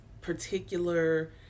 particular